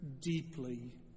deeply